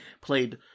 played